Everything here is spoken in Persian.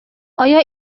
آیا